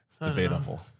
Debatable